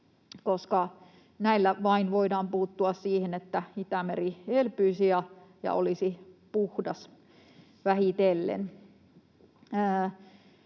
vain näin voidaan puuttua siihen, että Itämeri elpyisi ja olisi vähitellen